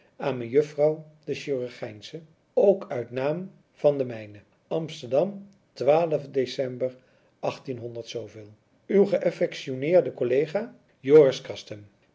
aan mejuffrouw de chirurgijnsche ook uit naam van de mijne amsterdam december uw geexciteerd collega joris